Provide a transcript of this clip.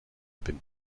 bin